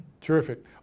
Terrific